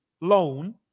loan